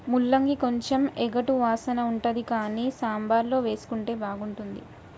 ముల్లంగి కొంచెం ఎగటు వాసన ఉంటది కానీ సాంబార్ల వేసుకుంటే బాగుంటుంది